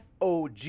FOG